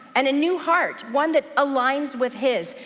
and a new heart, one that aligns with his.